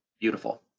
beautiful.